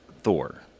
Thor